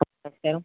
നമസ്കാരം